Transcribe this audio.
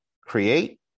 create